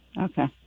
okay